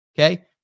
Okay